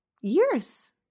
years